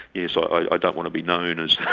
yes, i don't want to be known as